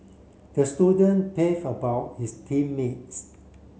the student about his team mates